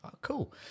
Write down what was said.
cool